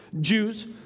Jews